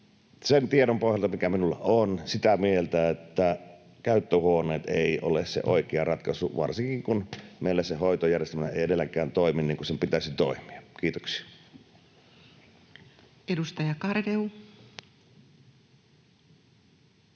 sen tiedon pohjalta, mikä minulla on, sitä mieltä, että käyttöhuoneet eivät ole se oikea ratkaisu, varsinkin kun meillä se hoitojärjestelmä ei edelleenkään toimi niin kuin sen pitäisi toimia. — Kiitoksia. [Speech